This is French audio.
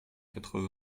quatre